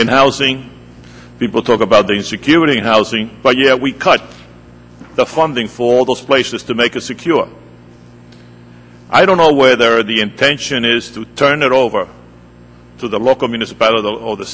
and housing people talk about the insecurity in housing but yet we cut the funding for those places to make a secure i don't know where they are the intention is to turn it over to the local municipality or the